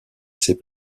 ses